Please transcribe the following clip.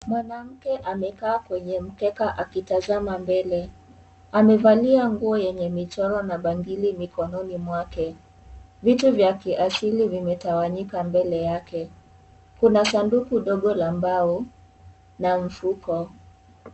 Mwanamke amekaa kwenye mkeka akitazama mbele, amevalia nguo yenye michoro na bangili mikononi mwake, vitu vya kiasili vimetawanyika mbele yake, kuna sanduku dogo la mbao la mfuko.